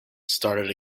started